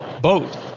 boat